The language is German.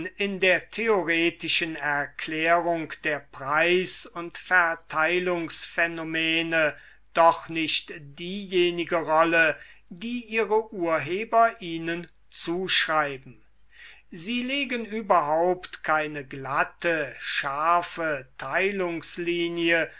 in der theoretischen erklärung der preis und verteilungsphänomene doch nicht diejenige rolle die ihre urheber ihnen zuschreiben sie legen überhaupt keine glatte scharfe